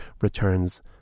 returns